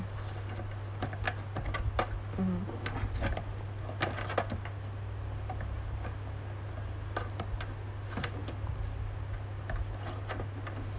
mm